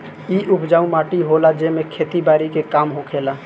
इ उपजाऊ माटी होला जेमे खेती बारी के काम होखेला